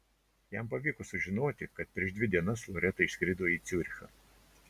jam pavyko sužinoti kad prieš dvi dienas loreta išskrido į ciurichą